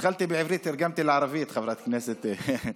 התחלתי בעברית ותרגמתי לערבית, חברת הכנסת.